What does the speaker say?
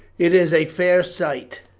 it is a fair sight.